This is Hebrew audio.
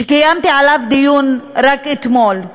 נושא שקיימתי עליו דיון רק אתמול.